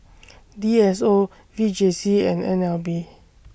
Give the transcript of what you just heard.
D S O V J C and N L B